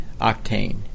octane